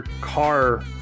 car